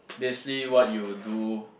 basically what you will do